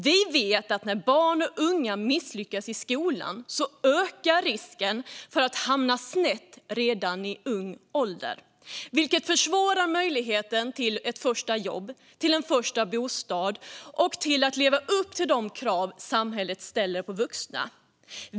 Vi vet att när barn och unga misslyckas i skolan ökar risken att de hamnar snett redan i ung ålder, vilket försvårar möjligheten till ett första jobb och en första bostad och att leva upp till de krav samhället ställer på vuxna.